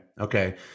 Okay